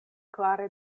klare